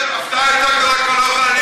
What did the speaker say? יותר הפתעה לא יכולה להיות.